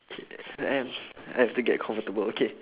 okay I I have to get comfortable okay